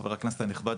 חבר הכנסת קינלי הנכבד,